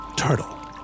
turtle